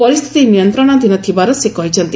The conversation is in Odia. ପରିସ୍ଥିତି ନିୟନ୍ତ୍ରଣାଧୀନ ଥିବାର ସେ କହିଛନ୍ତି